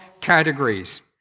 categories